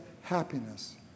happiness